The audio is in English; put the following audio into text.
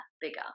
bigger